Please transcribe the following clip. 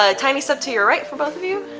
ah tiny step to your right for both of you.